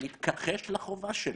מתכחש לחובה שלו.